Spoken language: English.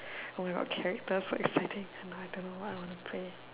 oh characters exciting but don't know what I want to play